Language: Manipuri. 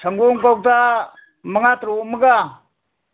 ꯁꯪꯒꯣꯝ ꯀꯧꯇꯥ ꯃꯉꯥ ꯇꯔꯨꯛ ꯑꯃꯒ